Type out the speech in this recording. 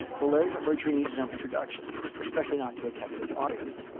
well larry mcmurtry needs no introduction, especially not to texas audience,